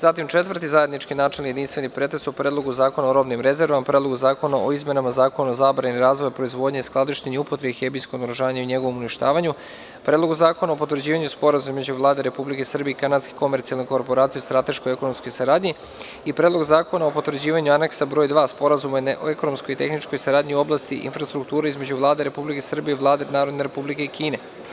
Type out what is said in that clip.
Četvrti zajednički načelni i jedinstveni pretres o: Predlogu zakona o robnim rezervama, Predlogu zakona o izmenama Zakona o zabrani razvoja, proizvodnje, skladištenja i upotrebe hemijskog oružja i o njegovom uništavanju, Predlogu zakona o potvrđivanju Sporazuma između Vlade Republike Srbije i Kanadske komercijalne korporacije o strateškoj ekonomskoj saradnji i Predlogu zakona o potvrđivanju Aneksa br. 2. Sporazuma o ekonomskoj i tehničkoj saradnji u oblasti infrastrukture između Vlade Republike Srbije i Vlade Narodne Republike Kine.